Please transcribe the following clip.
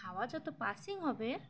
হাওয়া যত পাসিং হবে